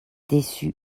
déçue